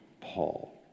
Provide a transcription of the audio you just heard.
Paul